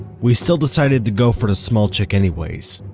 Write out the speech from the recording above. we still decided to go for the small chick anyways.